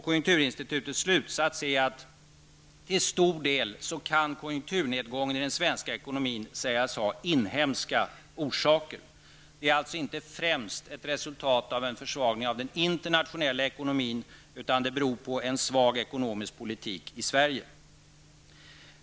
Konjunkturinstitutets slutsats är att konjunkturnedgången i den svenska ekonomin till stor del kan sägas ha inhemska orsaker. Den är alltså inte främst ett resultat av en försvagning av den internationella ekonomin, utan den beror på en svag ekonomisk politik i Sverige.